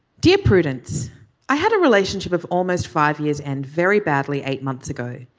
dear prudence i had a relationship of almost five years and very badly eight months ago.